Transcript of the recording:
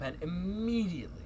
immediately